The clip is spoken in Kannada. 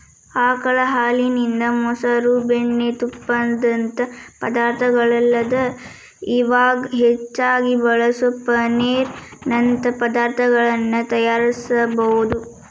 ಆಕಳ ಹಾಲಿನಿಂದ, ಮೊಸರು, ಬೆಣ್ಣಿ, ತುಪ್ಪದಂತ ಪದಾರ್ಥಗಳಲ್ಲದ ಇವಾಗ್ ಹೆಚ್ಚಾಗಿ ಬಳಸೋ ಪನ್ನೇರ್ ನಂತ ಪದಾರ್ತಗಳನ್ನ ತಯಾರಿಸಬೋದು